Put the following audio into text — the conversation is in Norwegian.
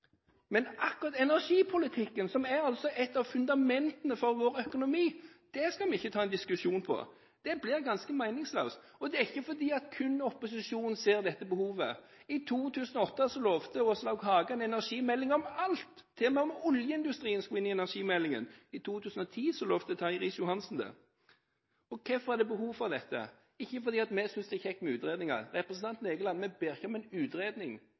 men akkurat energipolitikken, som er et av fundamentene for vår økonomi, skal vi ikke ta en diskusjon på. Det blir ganske meningsløst. Det er ikke fordi det kun er opposisjonen som ser dette behovet. I 2008 lovte Åslaug Haga en energimelding om alt – til og med oljeindustrien skulle inn i energimeldingen. I 2010 lovte Terje Riis-Johansen det. Hvorfor er det behov for dette? Ikke fordi vi synes det er kjekt med utredninger. Representanten Egeland: Vi ber ikke om en utredning.